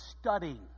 studying